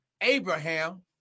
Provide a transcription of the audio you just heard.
abraham